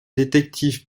détective